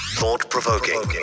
thought-provoking